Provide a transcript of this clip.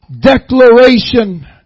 Declaration